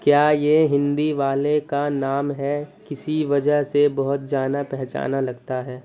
کیا یہ ہندی والے کا نام ہے کسی وجہ سے بہت جانا پہچانا لگتا ہے